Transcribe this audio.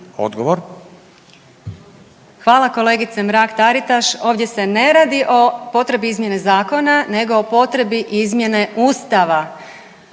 Hvala kolegice Mrak-Taritaš. Ovdje se ne radi o potrebi izmjene zakona, nego o potrebi izmjene Ustava.